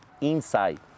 inside